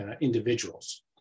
individuals